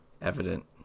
evident